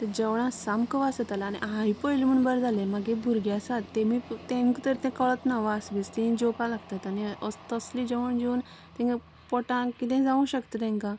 जेवणाक सामको वास येतालो आनी हांवेन पळयलें म्हण बरें जालें म्हागे भुरगीं आसात तेमी तेंका तर तें कळच ना वास बीस तेमी जेवपाक लागतात आनी तसलें जेवण जेवन तेंगे पोटांत कितेंय जावंक शकता तेंकां